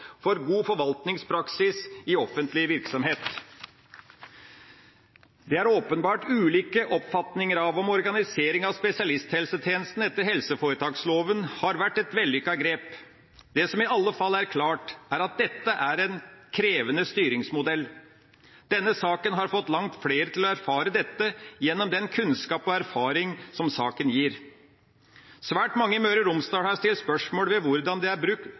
for god forvaltningspraksis i offentlig virksomhet. Det er åpenbart ulike oppfatninger av om organiseringa av spesialisthelsetjenesten etter helseforetaksloven har vært et vellykket grep. Det som i alle fall er klart, er at dette er en krevende styringsmodell. Denne saken har fått langt flere til å erfare dette gjennom den kunnskap og erfaring som saken gir. Svært mange i Møre og Romsdal har stilt spørsmål ved hvorfor det er brukt